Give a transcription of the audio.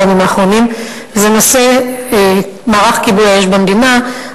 הימים האחרונים הוא נושא מערך כיבוי האש במדינה,